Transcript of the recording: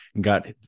got